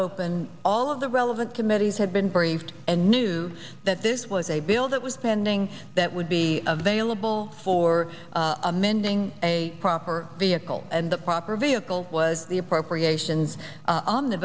open all of the relevant committees had been briefed and knew that this was a bill that was pending that would be available for amending a proper vehicle and the proper vehicle was the appropriations